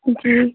जी